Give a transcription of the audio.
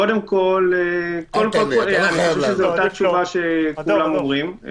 אני חושב שזאת אותה תשובה שכולם אומרים.